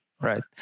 right